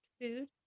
food